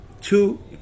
two